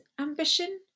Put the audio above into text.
ambition